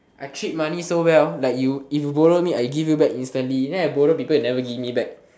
I treat money so well like you if you borrow me I give you back instantly then I borrow people you never give me back